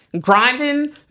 grinding